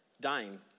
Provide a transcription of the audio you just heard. dying